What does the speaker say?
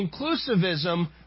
inclusivism